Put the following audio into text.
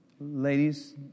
ladies